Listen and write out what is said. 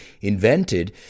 invented